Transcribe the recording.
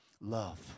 Love